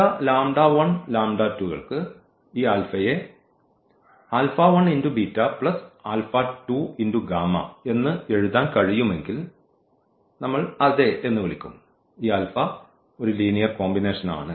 ചില കൾക്ക് ഈ യെ എന്ന് എഴുതാൻ കഴിയുമെങ്കിൽ നമ്മൾ അതെ എന്ന് വിളിക്കും ഈ ആൽഫ ഒരു ലീനിയർ കോമ്പിനേഷനാണ്